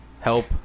help